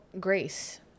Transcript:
grace